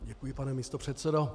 Děkuji, pane místopředsedo.